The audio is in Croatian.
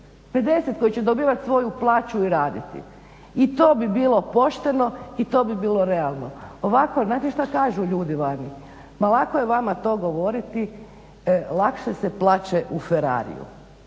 50 koji će dobivati svoju plaću i raditi, i to bi bilo pošteno i to bi bilo realno. Ovako, znate što kažu ljudi van, ma lako je vama to govoriti, lakše se plaće u Ferrariju.